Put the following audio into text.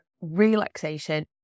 relaxation